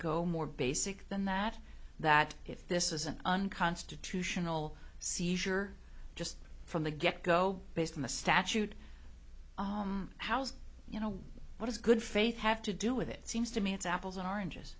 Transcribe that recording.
go more basic than that that if this is an unconstitutional seizure just from the get go based on the statute how's you know what is good faith have to do with it seems to me it's apples and oranges